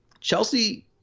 Chelsea